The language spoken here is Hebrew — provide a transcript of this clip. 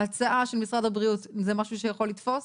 ההצעה של משרד הבריאות זה משהו שיכול לתפוס,